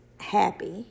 happy